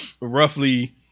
roughly